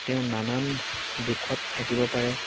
তেওঁ নানান দুখত থাকিব পাৰে